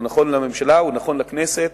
הוא נכון לממשלה, הוא נכון לכנסת,